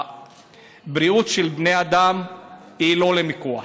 הבריאות של בני האדם הוא לא למיקוח.